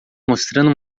mostrando